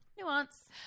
nuance